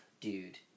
dude